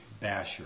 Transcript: basher